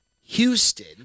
Houston